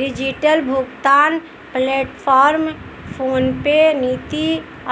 digital भुगतान platform PhonePe, नीति